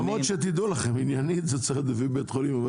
דעו לכם, עניינית זה צריך להיות לפי בית חולים.